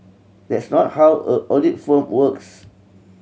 that's not how a audit firm works